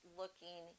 looking